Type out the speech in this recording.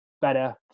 better